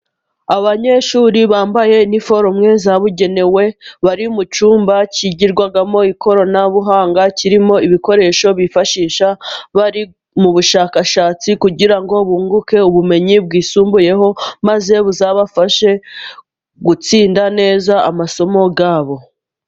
Abanyeshuri bambaye iniforume zabugenewe bari mu cyumba kigirwamo ikoranabuhanga, kirimo ibikoresho bifashisha bari mu bushakashatsi kugira ngo bunguke ubumenyi bwisumbuyeho maze buzabafashe gutsinda neza amasomo yabo.